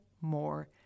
more